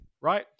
right